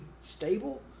stable